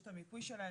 יש את המיפוי שלהם,